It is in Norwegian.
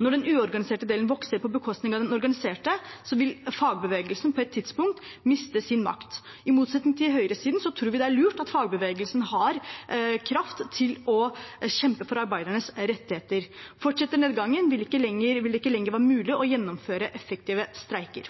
Når den uorganiserte delen vokser på bekostning av den organiserte, vil fagbevegelsen på et tidspunkt miste sin makt. I motsetning til høyresiden tror vi det er lurt at fagbevegelsen har kraft til å kjempe for arbeidernes rettigheter. Fortsetter nedgangen, vil det ikke lenger være mulig å gjennomføre effektive streiker.